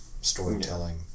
storytelling